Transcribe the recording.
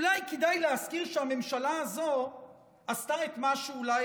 אולי כדאי להזכיר שהממשלה הזו עשתה את מה שאולי